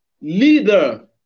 leader